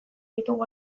ditugu